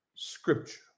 scripture